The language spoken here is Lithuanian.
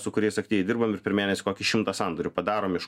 su kuriais aktyviai dirbam ir per mėnesį kokį šimtą sandorių padarom iš